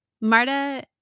Marta